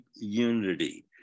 unity